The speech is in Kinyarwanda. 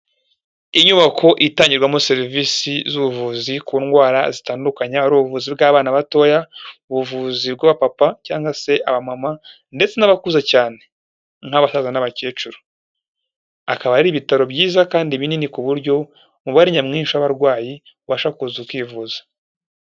Inyubako itangirwamo serivisi z'ubuvuzi ku ndwara zitandukanye yaba ari ubuvuzi bw'abana batoya, ubuvuzi bw'abapapa cyangwa se abamama ndetse n'abakuze cyane n'abasaza n'abakecuru, akaba ari ibitaro byiza kandi binini ku buryo umubare nyamwinshi w'abarwayi ubasha kuza ukivuza.